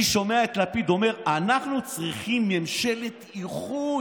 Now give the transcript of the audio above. אני שומע את לפיד אומר: אנחנו צריכים ממשלת איחוי,